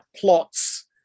plots